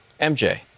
MJ